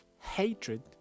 hatred